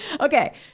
Okay